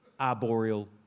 arboreal